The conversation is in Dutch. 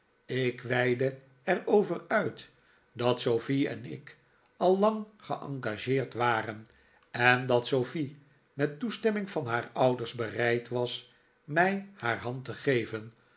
ik weidde er over uit dat sofie en ik al lang geengageerd waren en dat sofie met toestemming van haar ouders bereid was mij haar hand te geven